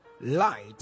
light